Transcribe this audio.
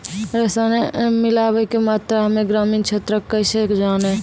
रसायन मिलाबै के मात्रा हम्मे ग्रामीण क्षेत्रक कैसे जानै?